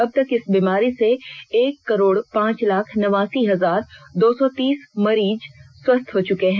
अब तक इस बीमारी से एक करोड पांच लाख नवासी हजार दो सौ तीस मरीज स्वस्थ हो चुके हैं